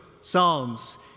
Psalms